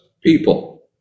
people